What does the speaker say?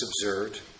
observed